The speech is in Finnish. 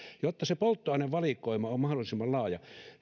jotta se polttoainevalikoima on mahdollisimman laaja